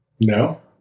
No